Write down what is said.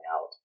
out